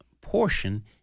portion